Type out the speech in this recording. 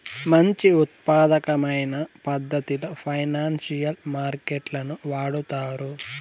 మంచి ఉత్పాదకమైన పద్ధతిలో ఫైనాన్సియల్ మార్కెట్ లను వాడుతారు